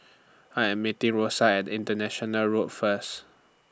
I Am meeting Rosa At International Road First